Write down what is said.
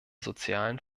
sozialen